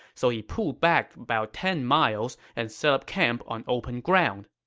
so he pulled back about ten miles and set up camp on open ground.